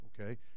okay